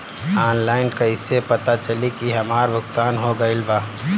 Online कईसे पता चली की हमार भुगतान हो गईल बा?